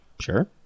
Sure